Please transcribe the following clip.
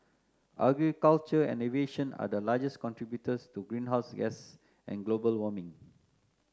agriculture and aviation are the largest contributors to greenhouse gases and global warming